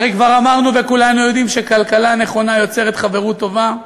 הרי כבר אמרנו וכולנו יודעים שכלכלה נכונה יוצרת חברות טובה.